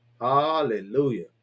Hallelujah